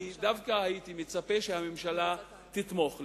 דווקא הייתי מצפה שהממשלה תתמוך.